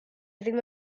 ddim